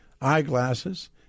eyeglasses